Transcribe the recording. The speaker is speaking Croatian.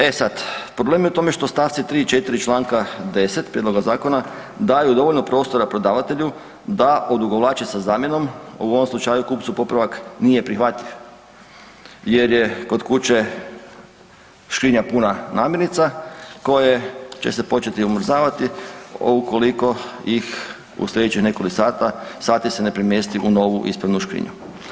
E sad, problem je u tome što st. 3. i 4. čl. 10. prijedloga zakona daju dovoljno prostora prodavatelju da odugovlači sa zamjenom, u ovom slučaju kupcu popravak nije prihvatljiv jer je kod kuće škrinja puna namirnica koje će se početi odmrzavati ukoliko ih u slijedećih nekoliko sati se ne premjesti u novu ispravnu škrinju.